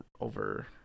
over